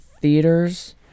theaters